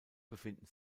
befinden